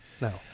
no